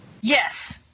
Yes